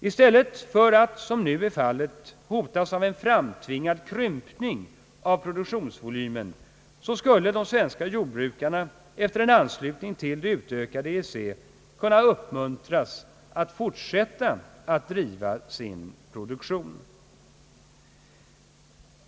I stället för att som nu är fallet hotas av en framtvingad krympning av produktionsvolymen skulle de svenska jordbrukarna efter en anslutning till det utökade EEC kunna uppmuntras att fortsätta att driva sin produktion.